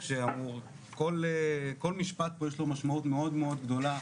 לכל משפט פה יש משמעות מאוד גדולה,